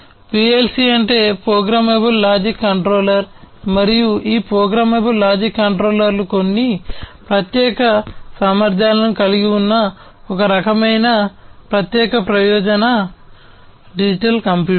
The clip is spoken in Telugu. PLC అంటే ప్రోగ్రామబుల్ లాజిక్ కంట్రోలర్ మరియు ఈ ప్రోగ్రామబుల్ లాజిక్ కంట్రోలర్లు కొన్ని ప్రత్యేక సామర్థ్యాలను కలిగి ఉన్న ఒక రకమైన ప్రత్యేక ప్రయోజన డిజిటల్ కంప్యూటర్లు